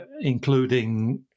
including